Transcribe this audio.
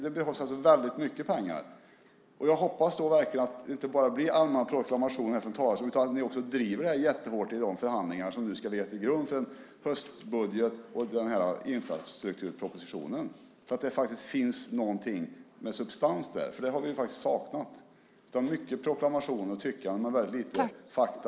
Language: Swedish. Det behövs alltså väldigt mycket pengar. Jag hoppas verkligen att det inte bara blir allmänna proklamationer från talarstolen utan att ni också driver det här jättehårt i de förhandlingar som nu ska ligga till grund för höstbudgeten och infrastrukturpropositionen. Jag hoppas att det finns något med substans där, för det har vi saknat. Det är mycket av proklamationer och tyckande men väldigt lite av fakta.